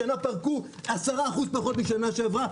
השנה פרקו 10% פחות משנה שעברה.